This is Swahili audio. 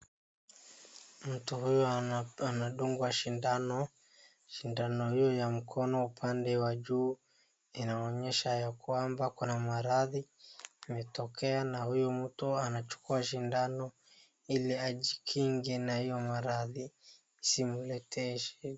Mtu huyu anadungwa sindano. Sindano hiyo ya mkono upande wajuu inaonyesha ya kwamba kuna maradhi imetokea, na huyu mtu anachukua sindano ili ajikinge na hiyo maradhi isimuletee shida.